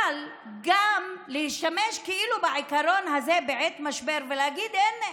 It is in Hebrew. אבל גם להשתמש כאילו בעיקרון הזה בעת משבר ולהגיד: הינה,